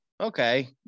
okay